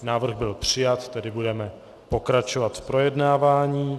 Návrh byl přijat, tedy budeme pokračovat v projednávání.